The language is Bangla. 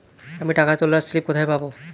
আমি টাকা তোলার স্লিপ কোথায় পাবো?